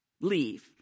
leave